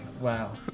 Wow